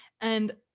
And-